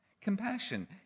Compassion